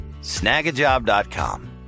Snagajob.com